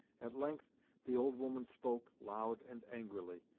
at length the old woman spoke loud and angrily,